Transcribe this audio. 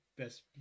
Best